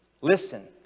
listen